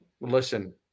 Listen